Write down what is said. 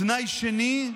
תנאי שני הוא